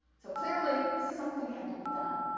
so clearly, something had to be done,